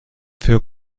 für